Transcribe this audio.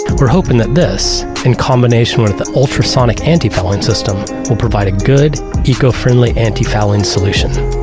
we're hoping that this in combination with the ultrasonic antifouling system will provide a good eco-friendly antifouling solution.